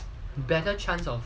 better chance of